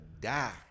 die